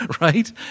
Right